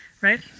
Right